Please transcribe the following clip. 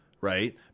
right